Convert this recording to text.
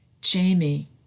Jamie